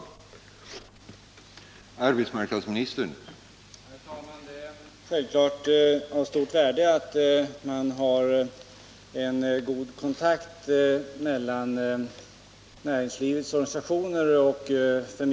"tv ön